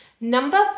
Number